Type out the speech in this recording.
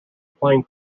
plane